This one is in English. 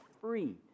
free